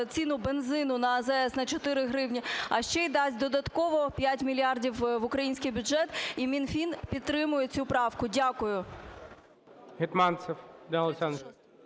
ціну бензину на АЗС на 4 гривні, а ще й дасть додатково 5 мільярдів в український бюджет. І Мінфін підтримує цю правку. Дякую. 36-а. ГОЛОВУЮЧИЙ.